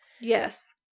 Yes